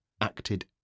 acted